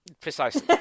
Precisely